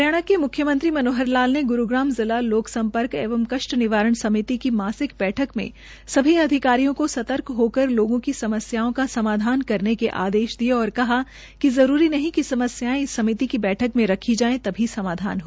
हरियाणा के मुख्यमंत्री मनोहर लाल ने गुरूग्राम जिला लोक सम्पर्क एवं कष्ट निवारण समिति की मासिक बैठक में सभी अधिकारियों को सर्तक होकर लोगों की समस्याओं का समाधान करने के आदेश दिये और कहा कि जरूरी नहीं कि समस्यासें इस समिति की बैठक में रखी जाये तभी समाधान हो